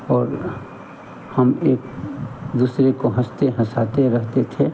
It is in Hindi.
और हम एक दूसरे को हँसते हँसाते रहते थे